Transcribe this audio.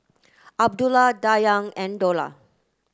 Abdullah Dayang and Dollah